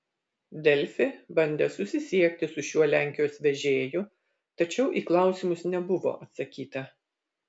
delfi bandė susisiekti su šiuo lenkijos vežėju tačiau į klausimus nebuvo atsakyta